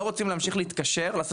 הם לא רוצים להמשיך להתקשר ולעשות